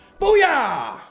Booyah